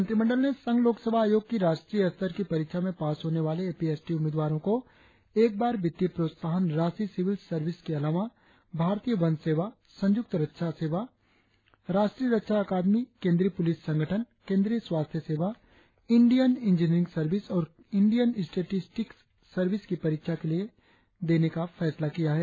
मंत्रिमंडल ने संघ लोकसेवा आयोग की राष्ट्रीय स्तर की परीक्षा में पास होने वाले ए पी एस टी उम्मीदवारों को एक बार वित्तीय प्रोत्साहन राशि सिविल सर्विस के अलावा भारतीय वन सेवा संयुक्त रक्षा सेवा राष्ट्रीय रक्षा अकादमी केंद्रीय पुलिस संगठन केंद्रीय स्वास्थ्य सेवा इंडियन इंजीनियरिंग सर्विस और इंडियन स्टेटिस्टिक्स सर्विस की परीक्षा के लिए मिलेगी